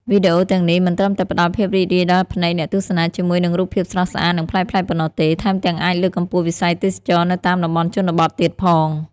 វីដេអូទាំងនេះមិនត្រឹមតែផ្តល់ភាពរីករាយដល់ភ្នែកអ្នកទស្សនាជាមួយនឹងរូបភាពស្រស់ស្អាត និងប្លែកៗប៉ុណ្ណោះទេ ថែមទាំងអាចលើកកម្ពស់វិស័យទេសចរណ៍នៅតាមតំបន់ជនបទទៀតផង។